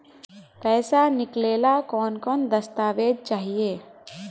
पैसा निकले ला कौन कौन दस्तावेज चाहिए?